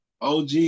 OG